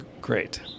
great